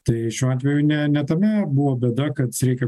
tai šiuo atveju ne ne tame buvo bėda kad reikia